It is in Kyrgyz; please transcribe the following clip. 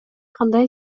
кандай